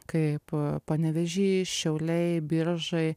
kaip panevėžys šiauliai biržai